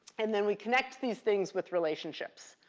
and then we connect these things with relationships.